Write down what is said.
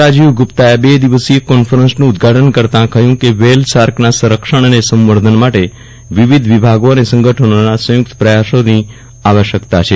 રાજીવ ગુપ્તાએ આ બે દિવસીય કોન્ફરન્સનું ઉદઘાટન કરતાં કહ્યું કે વ્હેલ શાર્કના સંરક્ષણ અને સંવર્ધન માટે વિવિધ વિભાગો અને સંગઠનોના સંયૂકત પ્રયાસોની આવશ્યકતા છે